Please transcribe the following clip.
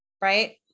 right